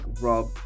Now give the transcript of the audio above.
Rob